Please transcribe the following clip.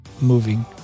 moving